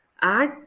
add